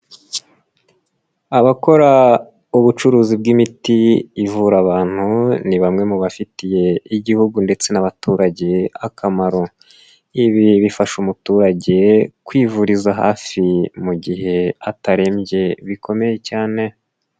Abakora ubucuruzi bw'imiti ivura abantu ni bamwe mu bafitiye igihugu ndetse n'abaturage akamaro. Ibi bifasha umuturage kwivuriza hafi mu gihe atarembye bikomeye cyane.